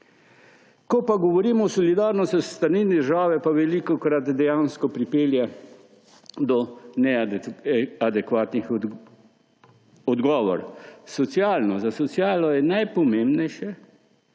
Ko pa govorimo o solidarnosti s strani države, pa velikokrat dejansko pripelje do neadekvatnih odgovorov. Za socialo je najpomembnejše,